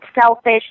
selfish